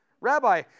Rabbi